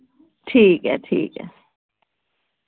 ठीक ऐ ठीक ऐ